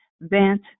bent